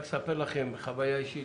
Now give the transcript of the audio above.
רק לספר לכם חוויה אישית